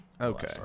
okay